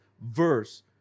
verse